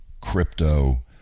crypto